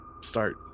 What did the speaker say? start